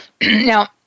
Now